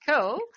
Cool